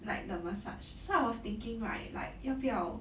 like the massage so I was thinking right like 要不要